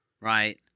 right